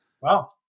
wow